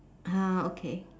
ah okay